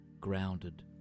grounded